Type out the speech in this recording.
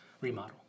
remodel